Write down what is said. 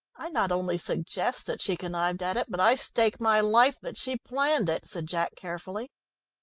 i not only suggest that she connived at it, but i stake my life that she planned it, said jack carefully.